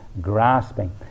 grasping